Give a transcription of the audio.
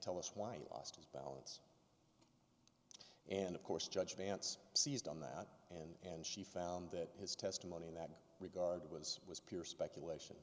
tell us why you lost his balance and of course judge vance seized on that and she found that his testimony in that regard was was pure speculation